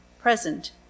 present